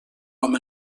hom